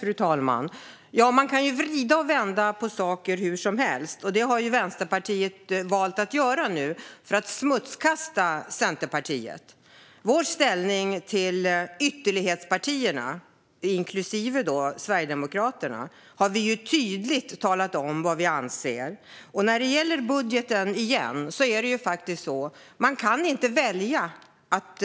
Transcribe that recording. Fru talman! Man kan vrida och vända på saker hur som helst, och det har Vänsterpartiet valt att göra nu för att smutskasta Centerpartiet. Vår inställning till ytterlighetspartierna, inklusive Sverigedemokraterna, har vi tydligt talat om. När det återigen gäller budgeten kan man faktiskt inte välja att